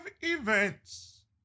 events